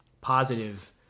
positive